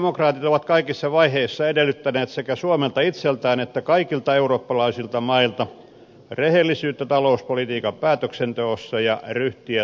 kristillisdemokraatit ovat kaikissa vaiheissa edellyttäneet sekä suomelta itseltään että kaikilta eurooppalaisilta mailta rehellisyyttä talouspolitiikan päätöksenteossa ja ryhtiä talouspolitiikan hoidossa